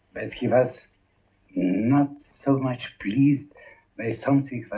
he was not so much pleased by something